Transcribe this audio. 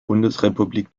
bundesrepublik